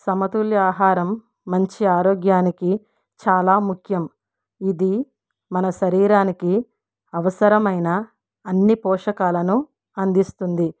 సమతుల ఆహారం మంచి ఆరోగ్యానికి చాలా ముఖ్యం ఇది మన శరీరానికి అవసరమైన అన్నీ పోషకాలను అందిస్తుంది